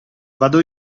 vado